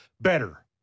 better